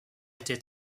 été